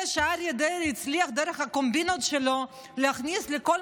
זה שאריה דרעי הצליח דרך הקומבינות שלו להכניס לכל